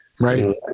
Right